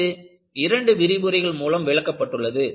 அது இரண்டு விரிவுரைகள் மூலம் விளக்கப்பட்டுள்ளது